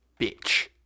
Bitch